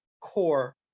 core